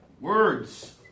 words